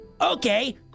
Okay